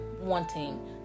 wanting